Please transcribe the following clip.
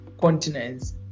continents